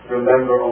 Remember